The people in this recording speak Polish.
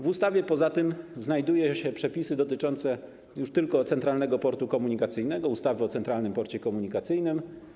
W ustawie poza tym znajdują się przepisy dotyczące już tylko Centralnego Portu Komunikacyjnego, ustawy o Centralnym Porcie Komunikacyjnym.